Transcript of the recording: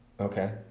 Okay